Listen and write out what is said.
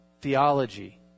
theology